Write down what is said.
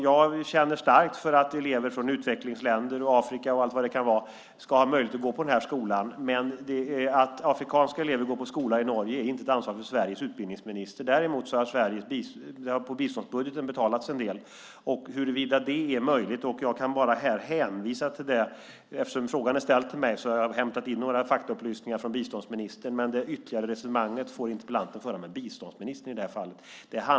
Jag känner starkt för att elever från utvecklingsländer i Afrika och allt vad det kan vara ska ha möjlighet att gå på den här skolan, men att afrikanska elever går på skola i Norge är inte ett ansvar för Sveriges utbildningsminister. Däremot har det betalats en del via biståndsbudgeten. Eftersom frågan är ställd till mig har jag hämtat in några faktaupplysningar från biståndsministern, men det ytterligare resonemanget får interpellanten föra med biståndsministern i det här fallet.